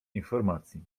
informacji